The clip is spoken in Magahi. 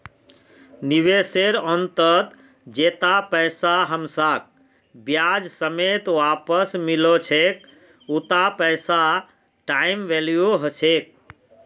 निवेशेर अंतत जैता पैसा हमसाक ब्याज समेत वापस मिलो छेक उता पैसार टाइम वैल्यू ह छेक